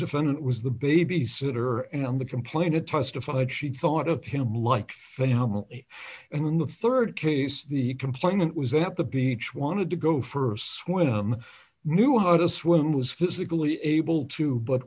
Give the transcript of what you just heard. defendant was the babysitter and the complainant testified she thought of him like family and then the rd case the complainant was at the beach wanted to go for a swim knew how to swim was physically able to but